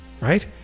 right